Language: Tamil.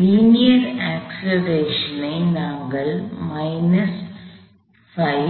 linear acceleration I